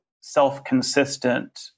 self-consistent